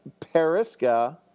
perisca